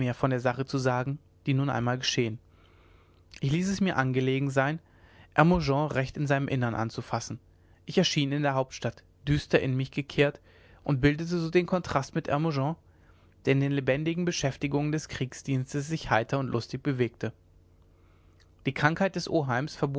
von der sache zu sagen die nun einmal geschehen ich ließ es mir angelegen sein hermogen recht in seinem innern aufzufassen ich erschien in der hauptstadt düster in mich gekehrt und bildete so den kontrast mit hermogen der in den lebendigen beschäftigungen des kriegsdienstes sich heiter und lustig bewegte die krankheit des oheims